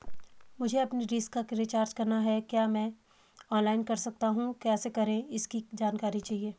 मुझे अपनी डिश का रिचार्ज करना है क्या मैं ऑनलाइन कर सकता हूँ कैसे करें इसकी जानकारी चाहिए?